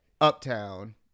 Uptown